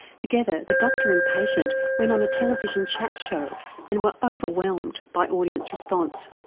together the doctor and patient went on a television chat show and were overwhelmed by audience response.